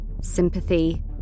sympathy